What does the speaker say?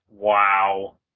Wow